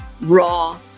raw